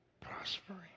prospering